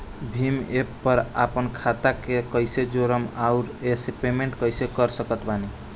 Bhim app पर आपन खाता के कईसे जोड़म आउर ओसे पेमेंट कईसे कर सकत बानी?